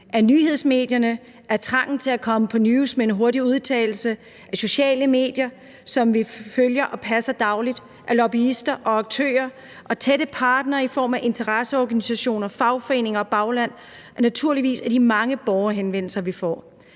af nyhedsmedierne, af trangen til at komme på TV 2 NEWS med en hurtig udtalelse, af sociale medier, som vi følger og passer dagligt, af lobbyister og aktører og tætte partnere i form af interesseorganisationer, fagforeninger og bagland og naturligvis af de mange borgerhenvendelser, vi får.